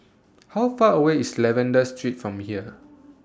How Far away IS Lavender Street from here